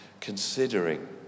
considering